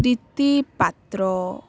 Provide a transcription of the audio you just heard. ପ୍ରୀତି ପାତ୍ର